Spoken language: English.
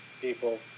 people